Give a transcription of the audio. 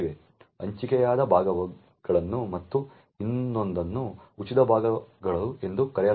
ಹಂಚಿಕೆಯಾದ ಭಾಗಗಳು ಮತ್ತು ಇನ್ನೊಂದನ್ನು ಉಚಿತ ಭಾಗಗಳು ಎಂದು ಕರೆಯಲಾಗುತ್ತದೆ